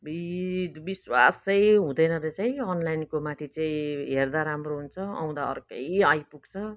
अबुई विश्वास चाहिँ हुँदैन रहेछ अनलाइनको माथि चाहिँ हेर्दा राम्रो हुन्छ आउँदा अर्कै आइपुग्छ